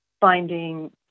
finding